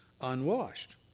unwashed